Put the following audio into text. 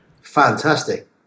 Fantastic